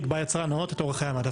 יקבע יצרן נאות את אורך חיי המדף.